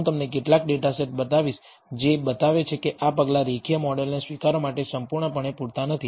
હું તમને કેટલાક ડેટા સેટ બતાવીશ જે બતાવે છે કે આ પગલાં રેખીય મોડેલને સ્વીકારવા માટે સંપૂર્ણપણે પૂરતા નથી